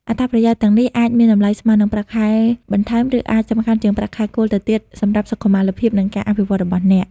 អត្ថប្រយោជន៍ទាំងនេះអាចមានតម្លៃស្មើនឹងប្រាក់ខែបន្ថែម ឬអាចសំខាន់ជាងប្រាក់ខែគោលទៅទៀតសម្រាប់សុខុមាលភាព និងការអភិវឌ្ឍរបស់អ្នក។